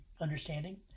understanding